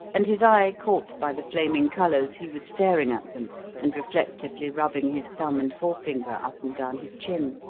and, his eye caught by the flaming colours, he was staring at them and reflectively rubbing his thumb and forefinger up and down his chin.